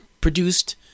produced